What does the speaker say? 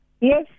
Yes